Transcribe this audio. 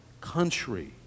country